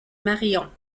marion